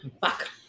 fuck